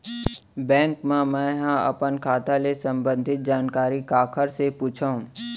Bank मा मैं ह अपन खाता ले संबंधित जानकारी काखर से पूछव?